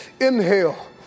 Inhale